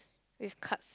with cards